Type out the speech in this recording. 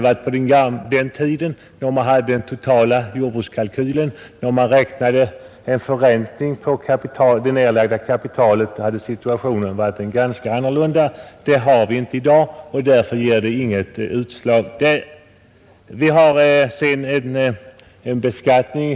Förhållandena var annorlunda då man hade den totala jordbrukskalkylen och räknade in förräntning på det nedlagda kapitalet. Det gör man inte i dag, och därför ger en höjning av fastighetsvärdena inget utslag i prissättningen.